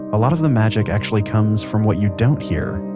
a lot of the magic actually comes from what you don't hear